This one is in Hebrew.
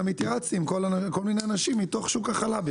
גם התייעצתי עם כל מיני אנשים מתוך שוק החלב.